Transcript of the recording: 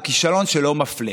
הוא כישלון שלא מפלה.